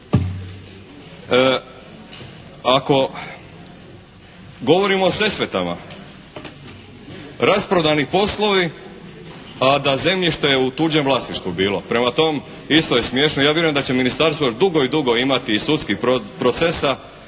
Ako govorimo o Sesvetama rasprodani poslovi a da zemljište je u tuđem vlasništvu bilo. Prema tome, isto je smiješno. Ja vjerujem da će ministarstvo još dugo i dugo imati i sudskih procesa